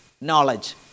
knowledge